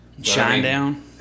Shinedown